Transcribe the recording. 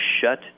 shut